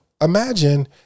imagine